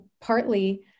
partly